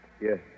Yes